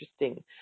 interesting